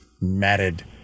matted